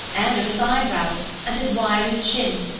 and on his eyebrows, and his wiry chin.